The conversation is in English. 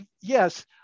yes